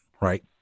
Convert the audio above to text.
Right